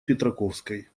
петраковской